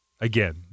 Again